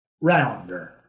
Rounder